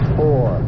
four